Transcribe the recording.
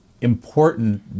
important